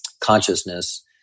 consciousness